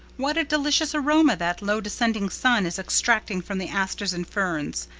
what a delicious aroma that low-descending sun is extracting from the asters and ferns.